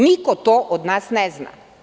Niko to od nas ne zna.